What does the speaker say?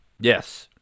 yes